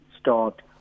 start